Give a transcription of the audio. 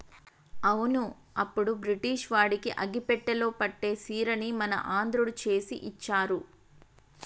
అవును అప్పుడు బ్రిటిష్ వాడికి అగ్గిపెట్టెలో పట్టే సీరని మన ఆంధ్రుడు చేసి ఇచ్చారు